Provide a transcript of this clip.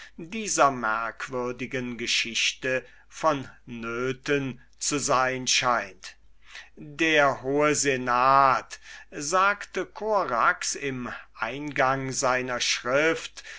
dieser merkwürdigen geschichte vonnöten zu sein scheint der hohe senat sagte korax im eingang seiner schrift